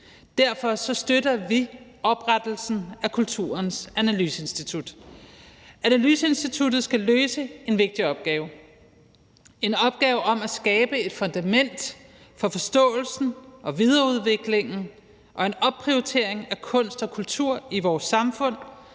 Derfor støtter vi oprettelsen af Kulturens Analyseinstitut. Analyseinstituttet skal løse en vigtig opgave, en opgave om at skabe et fundament for forståelsen og videreudviklingen og en opprioritering af kunst og kultur i vores samfund